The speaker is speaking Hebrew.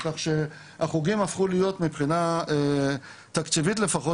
כך שהחוגים הפכו להיות מבחינה תקציבית לפחות,